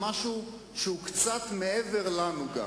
קדימה, בבקשה.